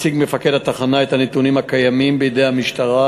הציג מפקד התחנה את הנתונים הקיימים בידי המשטרה